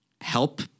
help